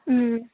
మ్మ్